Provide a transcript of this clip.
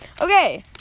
Okay